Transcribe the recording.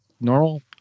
normal